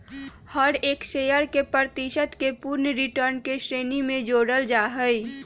हर एक शेयर के प्रतिशत के पूर्ण रिटर्न के श्रेणी में जोडल जाहई